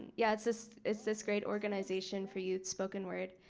yeah this is this great organization for youth spoken word.